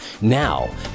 Now